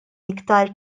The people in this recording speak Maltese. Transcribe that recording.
iktar